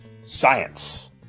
Science